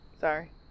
Sorry